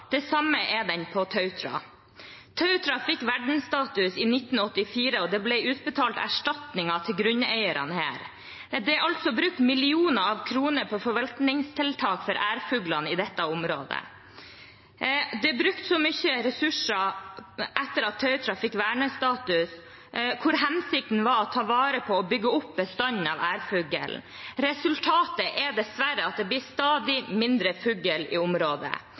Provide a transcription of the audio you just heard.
Det samme er de på Tautra. Tautra fikk vernestatus i 1984, og det ble utbetalt erstatninger til grunneierne her. Det er altså brukt millioner av kroner på forvaltningstiltak for ærfuglene i dette området. Det er brukt mange ressurser etter at Tautra fikk vernestatus, hvor hensikten var å ta vare på og bygge opp bestanden av ærfugl. Resultatet er dessverre at det blir stadig færre fugler i området,